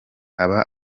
aba